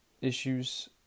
issues